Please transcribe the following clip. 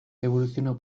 evolucionó